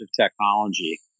technology